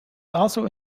also